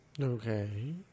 Okay